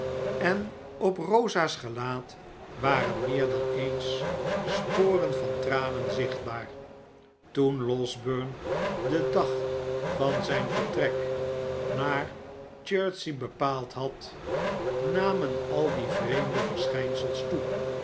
en op rosa's gelaat waren meer dan eens sporen van tranen zichtbaar toen losberne den dag van zijn vertrek naar c h e r ts e y bepaald had namen al die vreemde verschijnsels toe